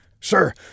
Sir